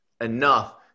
enough